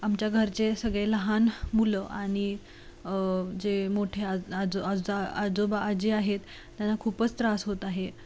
आमच्या घरचे सगळे लहान मुलं आणि जे मोठे आज आज आज आजोबा आजी आहेत त्यांना खूपच त्रास होत आहे